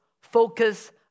focus